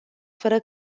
fără